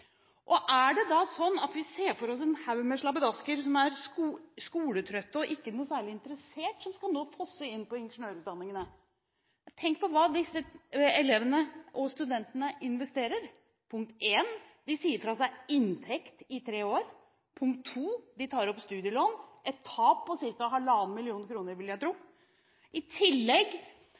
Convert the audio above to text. ser for oss en haug med slabbedasker som er skoletrøtte og ikke noe særlig interessert som nå skal fosse inn på ingeniørutdanningene? Tenk på hva disse elevene og studentene investerer. Punkt 1: De sier fra seg inntekt i tre år, og punkt 2: De tar opp studielån – et tap på ca. halvannen mill. kr, vil jeg tro. I tillegg